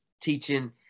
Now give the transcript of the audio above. teaching